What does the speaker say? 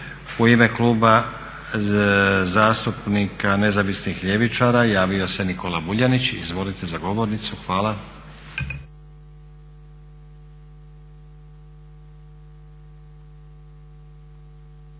U ime Kluba zastupnika Nezavisnih ljevičara javio se Nikola Vuljanić. Izvolite za govornicu, hvala.